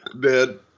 Dead